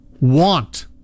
want